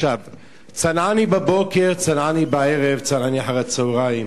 צנעני בבוקר, צנעני בערב, צנעני אחרי-הצהריים.